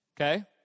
okay